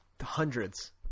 hundreds